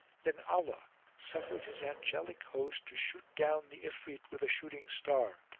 then allah suffered his angelic host to shoot down the ifrit with a shooting star,